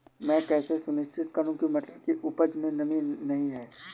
मैं कैसे सुनिश्चित करूँ की मटर की उपज में नमी नहीं है?